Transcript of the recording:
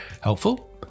helpful